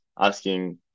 asking